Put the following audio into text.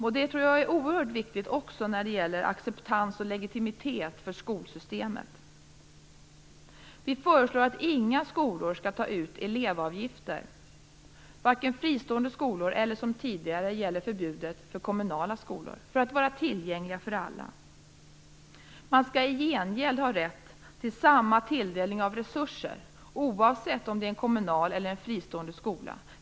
Jag tror att det är oerhört viktigt också när det gäller acceptans och legitimitet för skolsystemet. Vi föreslår att inga skolor skall ta ut elevavgifter, varken fristående skolor eller kommunala skolor där förbudet redan gäller sedan tidigare, för att vara tillgängliga för alla. I gengäld skall man ha rätt till samma tilldelning av resurser oavsett om det är en kommunal eller en fristående skola.